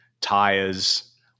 tires